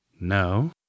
No